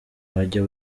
wajya